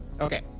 Okay